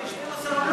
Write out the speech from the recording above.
12 עמלות,